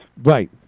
Right